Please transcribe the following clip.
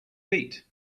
feet